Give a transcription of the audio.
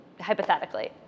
hypothetically